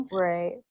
right